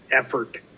effort